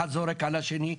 אחד זורק על התכנית.